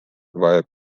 vaja